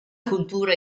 cultura